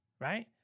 Right